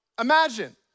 Imagine